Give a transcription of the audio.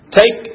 take